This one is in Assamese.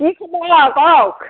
কওক